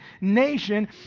nation